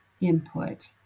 input